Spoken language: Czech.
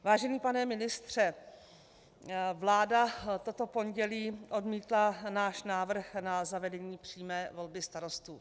Vážený pane ministře, vláda toto pondělí odmítla náš návrh na zavedení přímé volby starostů.